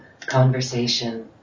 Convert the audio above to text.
conversation